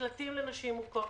מקלטים לנשים מוכות,